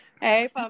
Hey